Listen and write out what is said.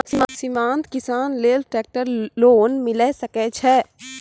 सीमांत किसान लेल ट्रेक्टर लोन मिलै सकय छै?